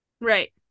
Right